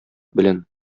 белән